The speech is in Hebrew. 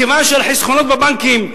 כיוון שהחסכונות בבנקים,